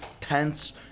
tense